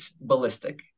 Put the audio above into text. ballistic